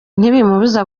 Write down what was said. ntibimubuza